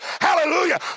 Hallelujah